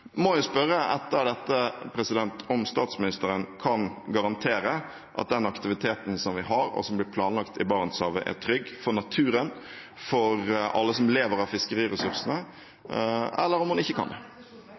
må jo etter dette spørre om statsministeren kan garantere at den aktiviteten vi har, og som blir planlagt i Barentshavet, er trygg for naturen og for alle som lever av fiskeriressursene – eller kan hun ikke det?